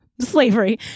slavery